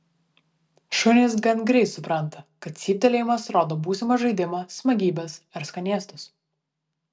šunys gan greit supranta kad cyptelėjimas rodo būsimą žaidimą smagybes ar skanėstus